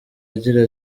agira